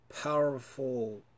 powerful